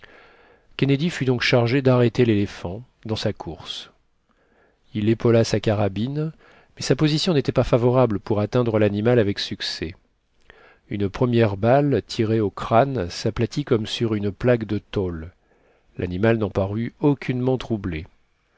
kennedy fut donc chargé d'arrêter l'éléphant dans sa course il épaula sa carabine mais sa position n'était pas favorable pour atteindre l'animal avec succès une première balle tirée au crâne s'aplatit comme sur une plaque de tôle l'animal n'en parut aucunement troublé